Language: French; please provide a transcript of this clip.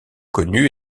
connu